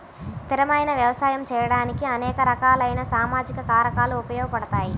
స్థిరమైన వ్యవసాయం చేయడానికి అనేక రకాలైన సామాజిక కారకాలు ఉపయోగపడతాయి